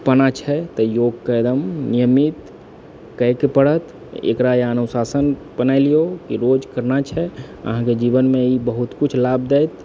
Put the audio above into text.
पाना छै तऽ योगके एकदम नियमित कइ के परत एकरा अनुशासन बनाए लियौ की रोज करना छै अहाँके जीवनमे ई बहुत किछु लाभ दैत